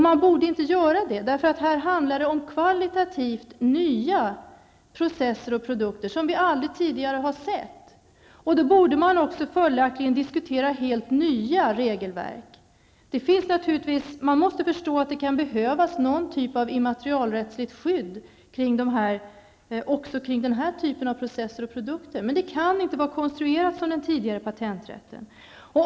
Man borde inte göra det, eftersom det i detta sammanhang handlar om kvalitativt nya processer och produkter som vi aldrig tidigare har sett. Då borde man också diskutera helt nya regelverk. Man måste förstå att det kan behövas någon typ av immaterialrättsligt skydd också kring denna typ av processer och produkter. Men det kan inte vara konstruerat som den tidigare patenträtten.